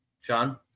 Sean